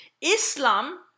Islam